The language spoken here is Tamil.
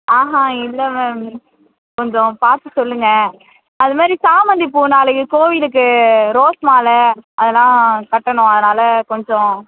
ஆஹான் இல்லை மேம் கொஞ்சம் பார்த்து சொல்லுங்கள் அது மாதிரி சாமந்திப்பூ நாளைக்கு கோவிலுக்கு ரோஸ் மாலை அதெலாம் கட்டணும் அதனால் கொஞ்சம்